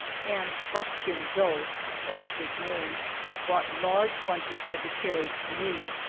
and buckskin joe that was his name brought large bunches of the cherries to me.